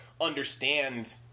understand